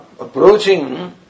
approaching